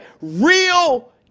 real